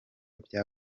bya